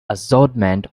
assortment